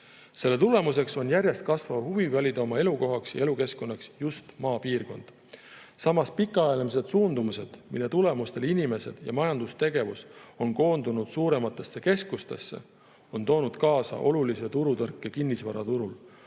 Selle tulemuseks on järjest kasvav huvi valida oma elukohaks ja elukeskkonnaks just maapiirkond. Samas, pikaajalised suundumused, mille tulemusel inimesed ja majandustegevus on koondunud suurematesse keskustesse, on toonud kaasa olulise turutõrke kinnisvaraturul.